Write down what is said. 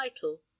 title